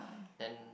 then